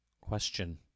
question